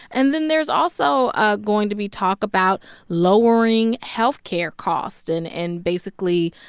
and then there's also ah going to be talk about lowering health care costs. and and basically,